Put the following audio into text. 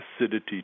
acidity